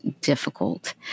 difficult